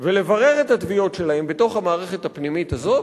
ולברר את התביעות שלהם בתוך המערכת הפנימית הזאת,